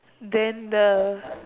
then the